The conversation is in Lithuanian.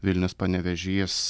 vilnius panevėžys